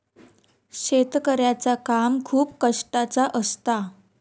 शेतकऱ्याचा काम खूप कष्टाचा असता